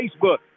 Facebook